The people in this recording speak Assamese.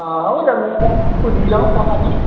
অ' হ'ব দিয়ক মই তাক সুধি লওঁ কথাটো